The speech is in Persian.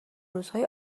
روزهای